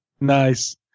Nice